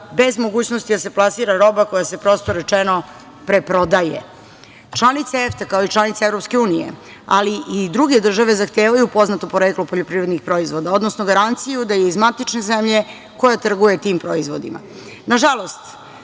bez mogućnosti da se plasira roba koja se preprodaje. Članice EFTA, kao i članice EU, ali i druge države zahtevaju poznato poreklo poljoprivrednih proizvoda, odnosno garanciju da je iz matične zemlje koje trguju tim proizvodima. Nažalost,